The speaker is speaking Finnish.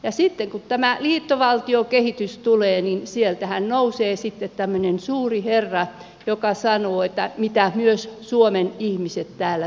ja sitten kun tämä liittovaltiokehitys tulee niin sieltähän nousee sitten tämmöinen suuri herra joka sanoo mitä myös suomen ihmiset täällä tekevät